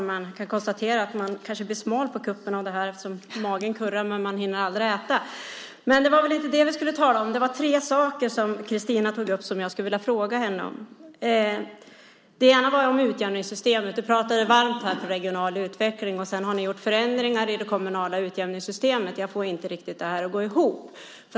Herr talman! Man kanske blir smal av detta på kuppen, för magen kurrar men man hinner aldrig äta. Men det var inte det vi skulle tala om. Christina tog upp tre saker som jag skulle vilja fråga henne om. Det första gäller utjämningssystemet. Du pratade varmt om regional utveckling. Sedan har ni gjort förändringar i det kommunala utjämningssystemet. Jag får inte detta att riktigt gå ihop.